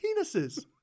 penises